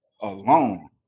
alone